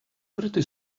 pretty